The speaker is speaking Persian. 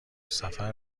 سفر